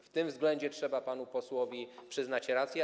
W tym względzie trzeba panu posłowi przyznać rację.